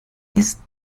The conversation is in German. ist